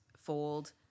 fold